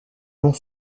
long